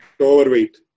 overweight